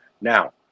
Now